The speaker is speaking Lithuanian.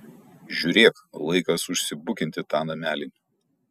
žiūrėk laikas užsibukinti tą namelį